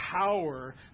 power